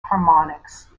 harmonics